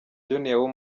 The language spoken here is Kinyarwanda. junior